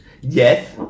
Yes